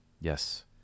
Yes